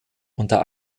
unter